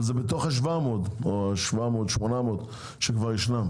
אבל זה בתוך ה-800-700 שכבר ישנם